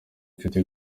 inshuti